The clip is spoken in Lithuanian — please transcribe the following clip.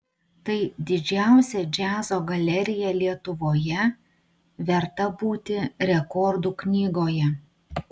tai didžiausia džiazo galerija lietuvoje verta būti rekordų knygoje